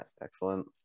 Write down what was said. Excellent